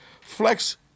Flex